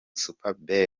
super